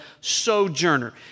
sojourner